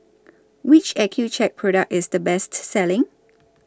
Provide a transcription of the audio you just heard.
Which Accucheck Product IS The Best Selling